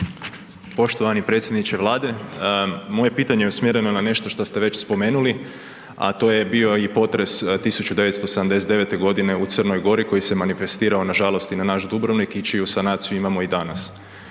Poštovani predsjedniče Vlade, moje pitanje je usmjereno na nešto što ste već spomenuli, a to je bio i potres 1979. g. u Crnoj Gori koji se manifestirao, nažalost i na naš Dubrovnik i čiju sanaciju imamo i danas.